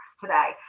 today